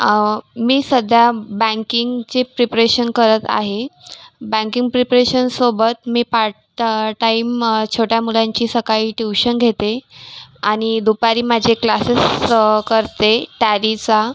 मी सध्या बँकिंगची प्रिप्रेशन करत आहे बँकिंग प्रिप्रेशनसोबत मी पार्टटाईम छोट्या मुलांची सकाळी ट्युशन घेते आणि दुपारी माझे क्लासेस करते टॅलीचा